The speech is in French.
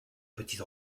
petits